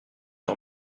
sur